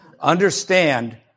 understand